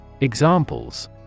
Examples